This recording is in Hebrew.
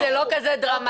מיקי, זה לא כזה דרמטי.